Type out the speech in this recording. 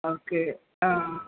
okay ஆ